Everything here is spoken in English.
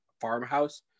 farmhouse